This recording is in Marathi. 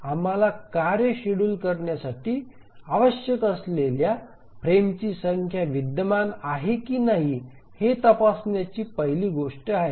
आम्हाला कार्ये शेड्यूल करण्यासाठी आवश्यक असलेल्या फ्रेमची संख्या विद्यमान आहे की नाही हे तपासण्याची पहिली गोष्ट आहे